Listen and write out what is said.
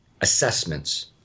assessments